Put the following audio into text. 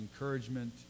encouragement